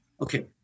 Okay